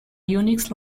unix